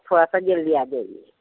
थोड़ा सा जल्दी आ जाइए